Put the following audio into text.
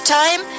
time